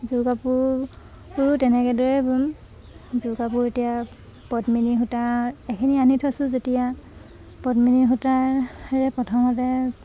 যোৰ কাপোৰো তেনেকেদৰে বম যোৰ কাপোৰ এতিয়া পদ্মিনী সূতা এইখিনি আনি থৈছোঁ যেতিয়া পদ্মিনী সূতাৰে প্ৰথমতে